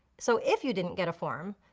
so if you didn't get a form,